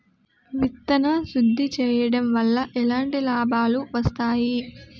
విత్తన శుద్ధి చేయడం వల్ల ఎలాంటి లాభాలు వస్తాయి?